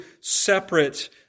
separate